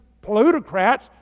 plutocrats